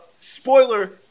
Spoiler